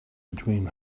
between